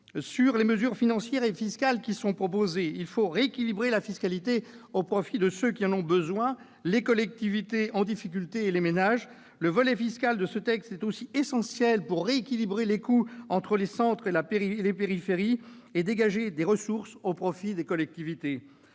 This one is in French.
sur les mesures financières et fiscales qui sont proposées. Il faut rééquilibrer la fiscalité au profit de ceux qui en ont besoin : les collectivités en difficulté et les ménages. Le volet fiscal de ce texte est aussi essentiel pour rééquilibrer les coûts entre les centres-villes et leur périphérie et dégager des ressources au profit des collectivités.